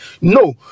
No